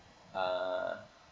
err